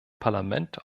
parlament